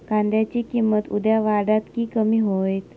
कांद्याची किंमत उद्या वाढात की कमी होईत?